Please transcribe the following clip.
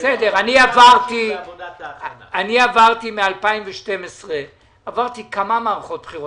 אני עברתי מ-2012 כמה מערכות בחירות.